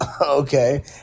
okay